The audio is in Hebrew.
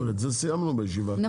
את זה סיימנו בישיבה הקודמת.